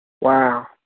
Wow